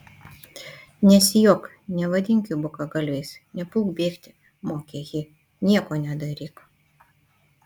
nesijuok nevadink jų bukagalviais nepulk bėgti mokė ji nieko nedaryk